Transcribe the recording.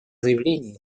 заявлений